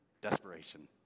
Desperation